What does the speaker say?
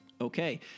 okay